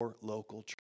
local